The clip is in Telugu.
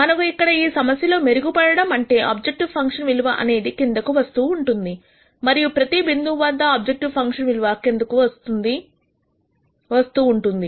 మనకు ఇక్కడ ఈ సమస్య లో మెరుగుపడడం అంటే ఆబ్జెక్టివ్ ఫంక్షన్ విలువ అనేది కిందకు వస్తూ ఉంటుంది మరియు ప్రతి బిందువు వద్ద ఆబ్జెక్టివ్ ఫంక్షన్ విలువ కిందకు వస్తుంది వస్తూ ఉంటుంది